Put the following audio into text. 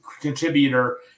Contributor